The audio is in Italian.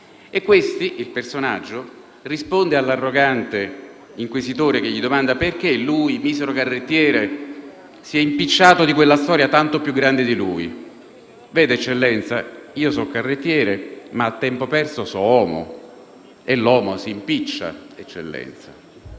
del 1849. Il personaggio risponde all'arrogante inquisitore, che gli domanda perché lui, misero carrettiere, si è impicciato di quella storia tanto più grande di lui: «Vede, eccellenza, io so' carrettiere, ma a tempo perso so' omo. E l'omo se impiccia! ».